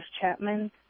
Chapman